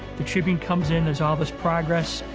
the tribune comes in, there's all this progress,